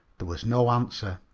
there was no answer,